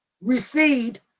recede